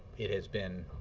it has been